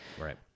Right